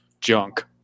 junk